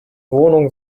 wohnungen